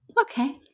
Okay